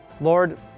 Lord